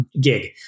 gig